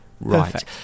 right